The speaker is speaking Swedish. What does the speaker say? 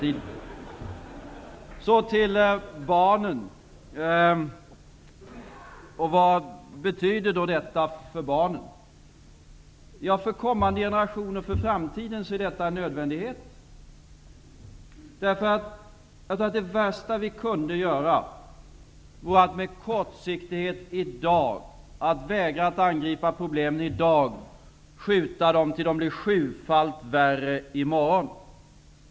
Så till barnen. Vad betyder då detta för barnen? För kommande generationer, för framtiden är detta en nödvändighet. Det värsta vi kunde göra vore att kortsiktigt vägra att angripa problemen i dag och skjuta dem framför oss till i morgon, när de blir sjufalt värre.